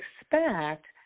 expect